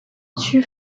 tue